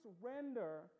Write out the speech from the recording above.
render